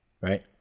Right